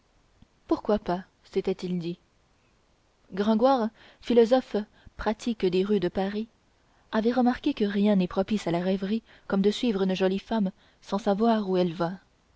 pourquoi pas s'était-il dit gringoire philosophe pratique des rues de paris avait remarqué que rien n'est propice à la rêverie comme de suivre une jolie femme sans savoir où elle va